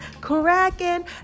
cracking